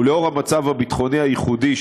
ונוכח המצב הביטחוני הייחודי,